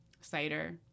Cider